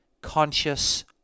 conscious